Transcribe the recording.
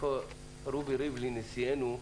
בתקופתו של רובי ריבלין נשיאנו,